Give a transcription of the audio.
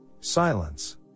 Silence